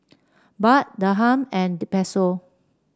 Baht Dirham and Peso